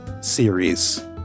series